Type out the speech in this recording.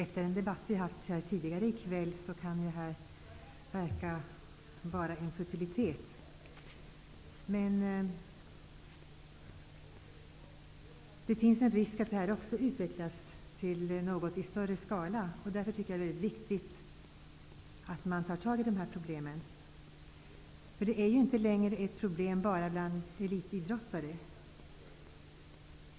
Fru talman! Efter debatten tidigare i kväll kan detta tyckas vara en futilitet. Men risken finns att också detta utvecklas till någonting i större skala. Därför tycker jag att det är viktigt att ta tag i problemen med dopning. Dopning är inte längre ett problem enbart bland elitidrottare.